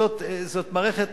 זאת מערכת